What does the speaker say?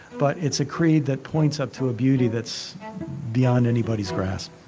but it's a creed that points up to a beauty that's beyond anybody's grasp